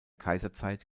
kaiserzeit